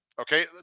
Okay